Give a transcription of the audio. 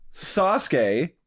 Sasuke